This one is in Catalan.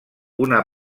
una